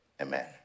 amen